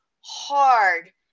hard